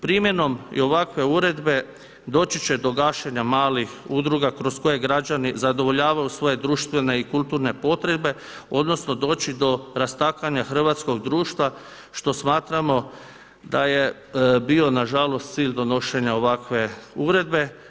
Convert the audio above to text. Primjenom i ovakve uredbe doći će do gašenja malih udruga kroz koje građani zadovoljavaju svoje društvene i kulturne potrebe, odnosno doći do rastakanja hrvatskog društva što smatramo da je bio na žalost cilj donošenja ovakve uredbe.